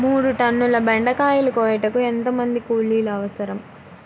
మూడు టన్నుల బెండకాయలు కోయుటకు ఎంత మంది కూలీలు అవసరం?